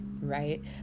right